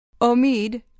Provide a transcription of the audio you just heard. Omid